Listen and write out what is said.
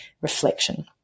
reflection